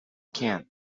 can